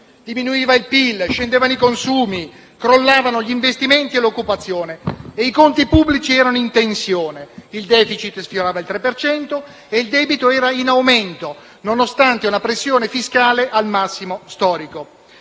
diminuiva il PIL, scendevano i consumi, crollavano gli investimenti e l'occupazione e i conti pubblici erano in tensione; il *deficit* sfiorava il 3 per cento e il debito era in aumento, nonostante una pressione fiscale al massimo storico.